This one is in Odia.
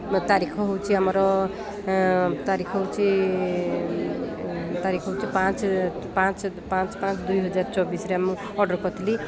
ତାରିଖ ହେଉଛି ଆମର ତାରିଖ ହେଉଛି ତାରିଖ ହେଉଛି ପାଞ୍ଚ ପାଞ୍ଚ ପାଞ୍ଚ ପାଞ୍ଚ ଦୁଇ ହଜାର ଚବିଶରେ ମୁଁ ଅର୍ଡ଼ର୍ କରିଥିଲି